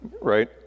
right